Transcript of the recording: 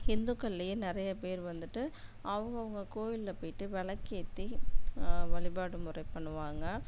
ஹிந்துக்கள்லயே நிறையப்பேர் வந்துட்டு அவங்கவுங்க கோவிலில் போயிவிட்டு விளக்கேத்தி வழிபாடு முறை பண்ணுவாங்க